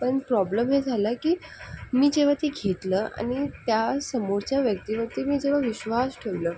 पण प्रॉब्लेम हे झाला की मी जेव्हा ते घेतलं आणि त्या समोरच्या व्यक्तीवरती मी जेव्हा विश्वास ठेवला